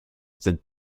sind